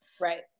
Right